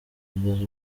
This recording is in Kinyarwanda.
kugeza